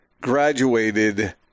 graduated